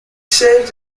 served